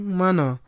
mano